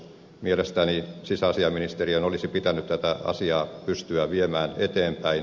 mielestäni sisäasiainministeriön olisi pitänyt tätä asiaa pystyä viemään eteenpäin